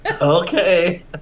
Okay